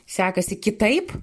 sekasi kitaip